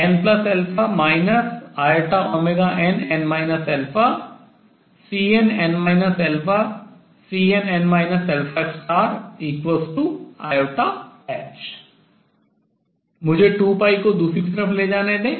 n inn Cnn Cnn ih मुझे 2 को दूसरी तरफ ले जाने दें